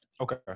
Okay